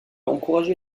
encouragé